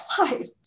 life